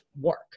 work